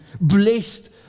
blessed